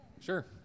Sure